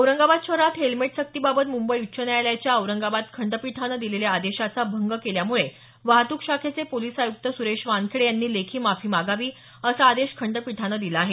औरंगाबाद शहरात हेल्मेट सक्तीबाबत मुंबई उच्च न्यायालयाच्या औरंगाबाद खंडपीठानं दिलेल्या आदेशाचा भंग केल्यामुळे वाहतूक शाखेचे पोलिस आयुक्त सुरेश वानखेडे यांनी लेखी माफी मागावी असा आदेश खंडपीठानं दिला आहे